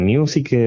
Music